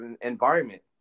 environment